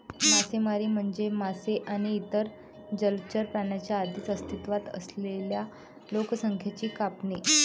मासेमारी म्हणजे मासे आणि इतर जलचर प्राण्यांच्या आधीच अस्तित्वात असलेल्या लोकसंख्येची कापणी